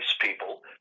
people